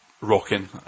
rocking